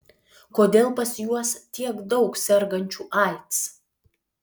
kodėl pas juos tiek daug sergančių aids